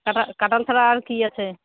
কাঁঠাল কাঁঠাল ছাড়া আর কি আছে